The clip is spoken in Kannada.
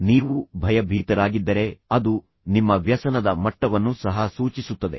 ಆದ್ದರಿಂದ ನೀವು ಭಯಭೀತರಾಗಿದ್ದರೆ ಅದು ನಿಮ್ಮ ವ್ಯಸನದ ಮಟ್ಟವನ್ನು ಸಹ ಸೂಚಿಸುತ್ತದೆ